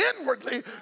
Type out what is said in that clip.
inwardly